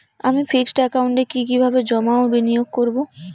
আমি ফিক্সড একাউন্টে কি কিভাবে জমা ও বিনিয়োগ করব?